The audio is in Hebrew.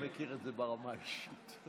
אני מכיר את זה ברמה האישית.